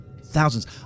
thousands